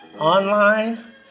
online